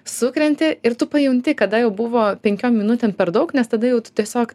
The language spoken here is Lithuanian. sukrenti ir tu pajunti kada jau buvo penkiom minutėm per daug nes tada jau tu tiesiog